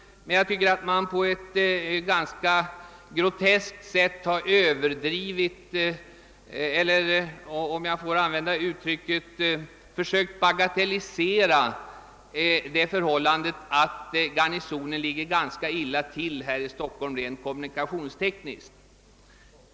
Jag tycker emellertid att de på ett ganska groteskt sätt försökt bagatellisera — om jag får använda det uttrycket — det förhållandet att Garnisonen ligger ganska illa till rent kommunikationstekniskt.